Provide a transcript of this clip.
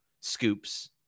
scoops